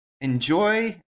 enjoy